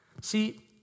See